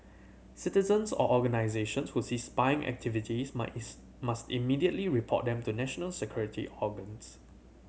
citizens or organisations who see spying activities must immediately report them to national security organs